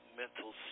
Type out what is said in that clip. mental